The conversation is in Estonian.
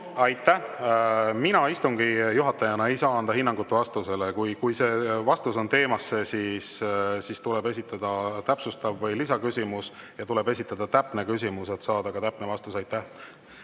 Aitäh! Mina istungi juhatajana ei saa anda vastusele hinnangut. Kui see vastus on teemasse, siis tuleb esitada täpsustav või lisaküsimus. Tuleb esitada täpne küsimus, et saada ka täpne vastus. Nii,